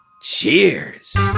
cheers